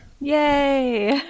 yay